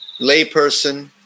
layperson